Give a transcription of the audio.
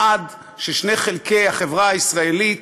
שיח שנועד ששני חלקי החברה הישראלית,